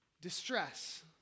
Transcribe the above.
distress